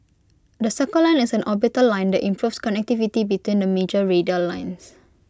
the circle line is an orbital line that improves connectivity between the major radial lines